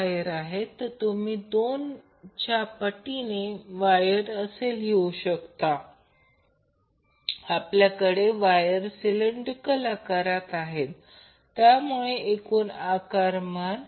जर आता जर दोन्ही सिस्टीममध्ये समान पॉवर लॉस होत असेल तर PLoss PLoss जर तसे केले तर याचा अर्थ असा की PLoss PLoss याचे समीकरण केल्यास ते r 2 2 r 2 होईल म्हणजे याचा अर्थ r 2 r 2 2